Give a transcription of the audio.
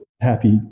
happy